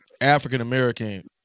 African-American